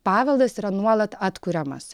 paveldas yra nuolat atkuriamas